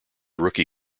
rookie